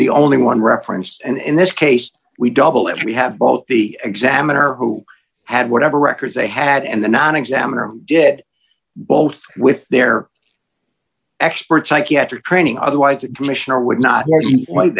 the only one referenced and in this case we double it we have both the examiner who had whatever records they had and the non examiner did both with their expert psychiatric training otherwise that commissioner would not want